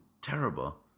terrible